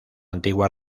antigua